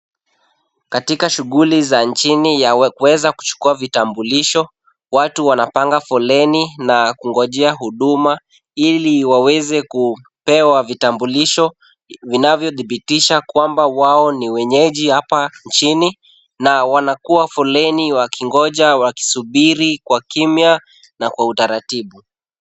Katika shughuli za nchini ya kuweza kuchukua vitambulisho, watu wanapanga foleni na kungojea huduma, ili waweze kupewa vitambulisho, vinavyodhibitisha kwamba wao ni wenyeji hapa nchini na wanakuwa foleni wakingoja wakisubiri kwa kimya na kwa utaratibu.